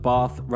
Bath